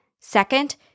Second